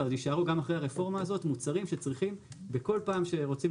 יישארו גם אחרי הרפורמה הזאת מוצרים שצריכים בכל פעם שרוצים